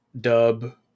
dub